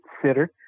consider